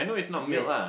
yes